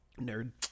nerd